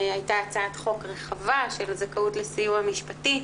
הייתה הצעת חוק רחבה של זכאות לסיוע משפטי,